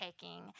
taking